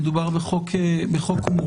מדובר בחוק מורכב,